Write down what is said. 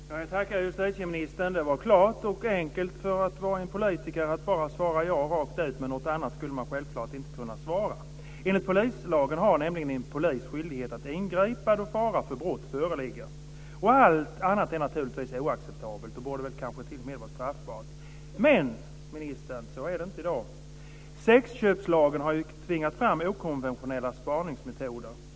Fru talman! Jag tackar justitieministern. Det var klart och enkelt för att komma från en politiker att bara svara ja rakt ut, men något annat skulle man självklart inte kunna svara. Enligt polislagen har nämligen en polis skyldighet att ingripa då fara för brott föreligger. Allt annat är naturligtvis oacceptabelt och borde kanske t.o.m. vara straffbart. Men, ministern, så är det inte i dag. Sexköpslagen har tvingat fram okonventionella spaningsmetoder.